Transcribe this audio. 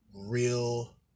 real